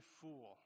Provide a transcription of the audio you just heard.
fool